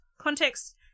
Context